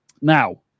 Now